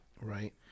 Right